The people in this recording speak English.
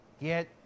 Get